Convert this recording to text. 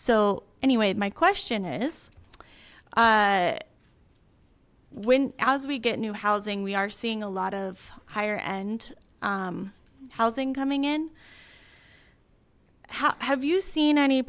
so anyway my question is when as we get new housing we are seeing a lot of higher end housing coming in have you seen any